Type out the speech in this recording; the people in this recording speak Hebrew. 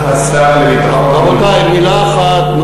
רבותי, מילה אחת.